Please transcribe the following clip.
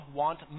want